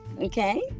okay